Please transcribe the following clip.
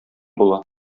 була